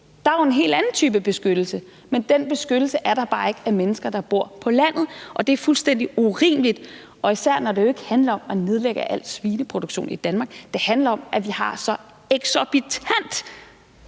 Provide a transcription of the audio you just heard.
der er jo en helt anden type beskyttelse, men den beskyttelse er der bare ikke for mennesker, der bor på landet. Det er fuldstændig urimeligt, især når det ikke handler om at nedlægge al svineproduktion i Danmark, men handler om, at vi har så stor en